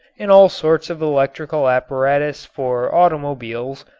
and all sorts of electrical apparatus for automobiles,